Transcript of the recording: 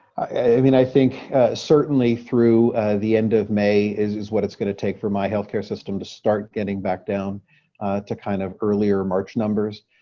i mean, i think certainly through the end of may is is what it's going to take for my health care system to start getting back down to kind of earlier march numbers.